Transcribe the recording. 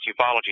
ufology